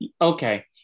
Okay